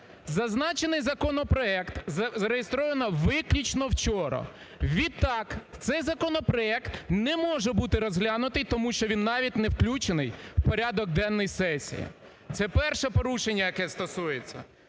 Зазначений законопроект зареєстровано виключно вчора. Відтак цей законопроект не може бути розглянутий, тому що він навіть не включений в порядок денний сесії. це перше порушення, яке стосується.